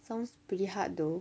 sounds pretty hard though